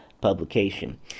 publication